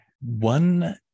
One